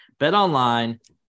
betonline